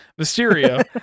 Mysterio